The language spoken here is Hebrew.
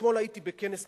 אתמול הייתי בכנס משפטי,